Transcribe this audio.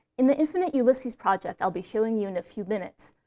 in the infinite ulysses project i'll be showing you in a few minutes,